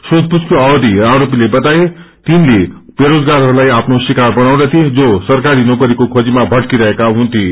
सोबपूछको अवधि आरोपीले बताए क तिनले वेरोजगारहरूताई आफ्नो शिकार बनाउँदथे जो सरकारी नोकारीको खोजीमा भट्किरहेका हुन्थ्यो